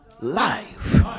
life